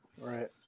Right